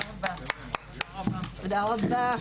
הישיבה ננעלה בשעה